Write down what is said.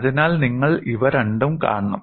അതിനാൽ നിങ്ങൾ ഇവ രണ്ടും കാണണം